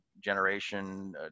generation